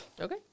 Okay